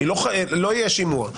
לא יהיה שימוע,